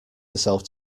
herself